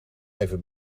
even